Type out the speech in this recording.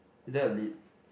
is there a lid